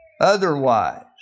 otherwise